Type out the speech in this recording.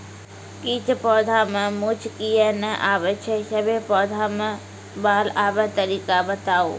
किछ पौधा मे मूँछ किये नै आबै छै, सभे पौधा मे बाल आबे तरीका बताऊ?